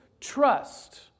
trust